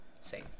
save